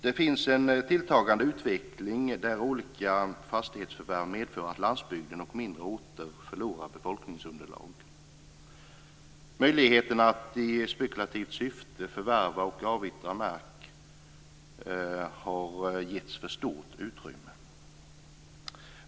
Det finns en tilltagande utveckling där olika fastighetsförvärv medför att landsbygd och mindre orter förlorar befolkningsunderlag. Möjligheten att i spekulativt syfte förvärva och avyttra mark har givits för stort utrymme.